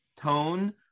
tone